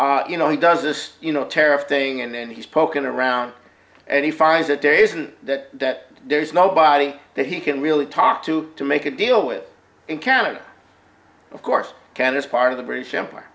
finds you know he does this you know tariff thing and then he's poking around and he finds that there isn't that there's nobody that he can really talk to to make a deal with in canada of course can this part of the british empire